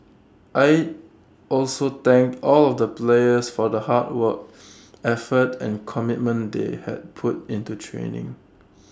aide also thanked all of the players for the hard work effort and commitment they had put into training